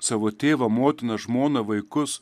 savo tėvą motiną žmoną vaikus